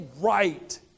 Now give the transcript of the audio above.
right